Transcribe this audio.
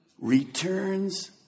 returns